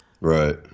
right